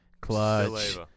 Clutch